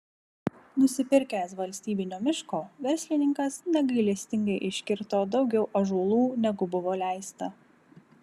nusipirkęs valstybinio miško verslininkas negailestingai iškirto daugiau ąžuolų negu buvo leista